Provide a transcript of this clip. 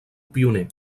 pioner